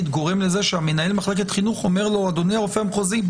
גורם לזה שמנהל מחלקת החינוך אומר לו: אדוני הרופא המחוזי,